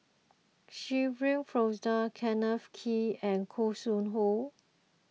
Shirin Fozdar Kenneth Kee and Khoo Sui Hoe